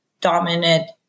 dominant